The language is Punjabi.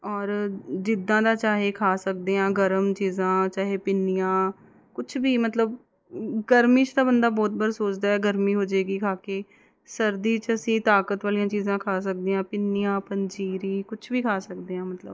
ਔਰ ਜਿੱਦਾਂ ਦਾ ਚਾਹੇ ਖਾ ਸਕਦੇ ਹਾਂ ਗਰਮ ਚੀਜ਼ਾਂ ਚਾਹੇ ਪਿੰਨੀਆਂ ਕੁਛ ਵੀ ਮਤਲਬ ਗਰਮੀ 'ਚ ਤਾਂ ਬੰਦਾ ਬਹੁਤ ਵਾਰ ਸੋਚਦਾ ਗਰਮੀ ਹੋ ਜਾਏਗੀ ਖਾ ਕੇ ਸਰਦੀ 'ਚ ਅਸੀਂ ਤਾਕਤ ਵਾਲੀਆਂ ਚੀਜ਼ਾਂ ਖਾ ਸਕਦੇ ਹਾਂ ਪਿੰਨੀਆਂ ਪੰਜੀਰੀ ਕੁਛ ਵੀ ਖਾ ਸਕਦੇ ਹਾਂ ਮਤਲਬ